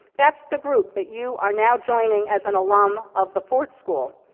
that's the group that you are now joining as an alum of the ford school.